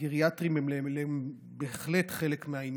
והגריאטריים הם בהחלט חלק מהעניין.